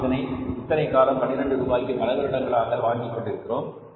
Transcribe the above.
நாம் இத்தனை காலம் 12 ரூபாய்க்கு பல வருடங்களாக வாங்கிக் கொண்டிருக்கிறோம்